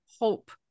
hope